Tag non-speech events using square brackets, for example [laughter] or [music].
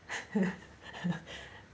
[laughs]